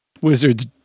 Wizards